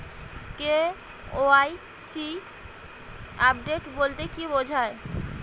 KYC update বলতে কি বোঝায়?